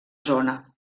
zona